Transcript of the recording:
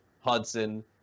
Hudson